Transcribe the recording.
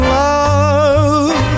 love